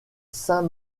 saint